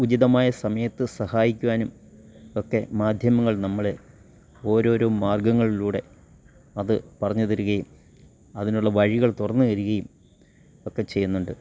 ഉചിതമായ സമയത്ത് സഹായിക്കുവാനും ഒക്കെ മാധ്യമങ്ങൾ നമ്മളെ ഓരോരോ മാർഗങ്ങളിലൂടെ അത് പറഞ്ഞു തരികയും അതിനുള്ള വഴികൾ തുറന്നു തരികയും ഒക്കെ ചെയ്യുന്നുണ്ട്